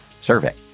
survey